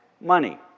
money